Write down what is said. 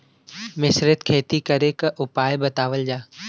मिश्रित खेती करे क उपाय बतावल जा?